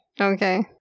okay